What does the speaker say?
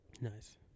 Nice